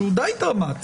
שהוא די דרמטי.